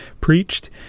preached